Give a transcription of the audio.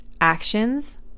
actions